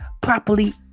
properly